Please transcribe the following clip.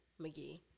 McGee